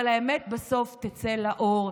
אבל האמת בסוף תצא לאור,